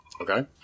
Okay